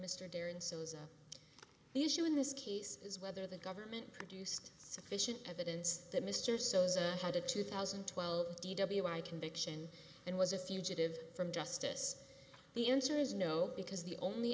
mr darion so as the issue in this case is whether the government produced sufficient evidence that mr sosa had a two thousand and twelve d w i conviction and was a fugitive from justice the answer is no because the only